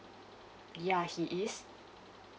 ya he is